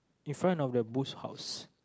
in front of the boots house